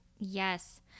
Yes